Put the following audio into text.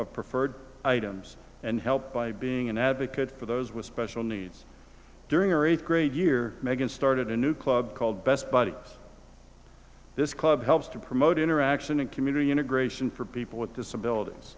of preferred items and help by being an advocate for those with special needs during her eighth grade year megan started a new club called best buddies this club helps to promote interaction and community integration for people with disabilities